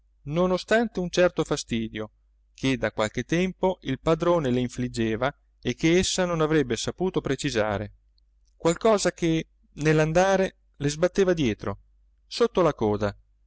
ostante un certo fastidio che da qualche tempo il padrone le infliggeva e ch'essa non avrebbe saputo precisare qualcosa che nell'andare le sbatteva dietro sotto la coda